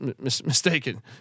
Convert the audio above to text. mistaken